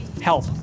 help